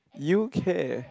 you care